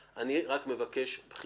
זה לא יעזור מה שתגיד פה.